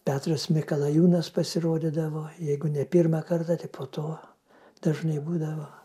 petras mikalajūnas pasirodydavo jeigu ne pirmą kartą tai po to dažnai būdavo